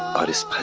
artist